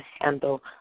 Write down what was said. handle